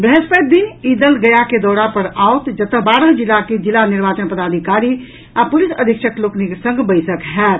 वृहस्पति दिन ई दल गया के दौरा पर आओत जतऽ बारह जिला के जिला निर्वाचन पदाधिकारी आ पुलिस अधीक्षक लोकनिक संग बैसक होयत